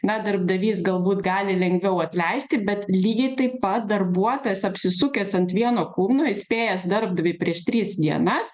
na darbdavys galbūt gali lengviau atleisti bet lygiai taip pat darbuotojas apsisukęs ant vieno kulno įspėjęs darbdavį prieš tris dienas